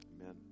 Amen